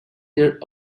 their